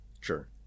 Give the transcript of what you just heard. Sure